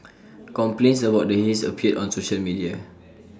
complaints about the haze appeared on social media